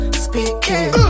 speaking